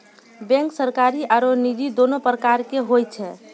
bank सरकारी आरो निजी दोनो प्रकार के होय छै